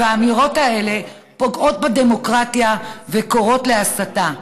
והאמירות האלה פוגעות בדמוקרטיה וקוראות להסתה.